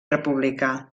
republicà